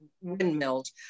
windmills